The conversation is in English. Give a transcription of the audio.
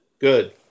Good